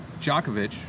Djokovic